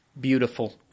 Beautiful